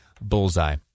Bullseye